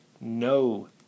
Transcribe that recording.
no